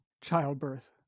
childbirth